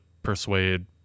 persuade